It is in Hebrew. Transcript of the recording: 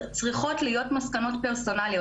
צריכות להיות מסקנות פרסונליות.